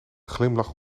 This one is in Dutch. glimlach